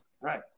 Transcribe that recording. right